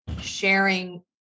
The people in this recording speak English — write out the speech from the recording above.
sharing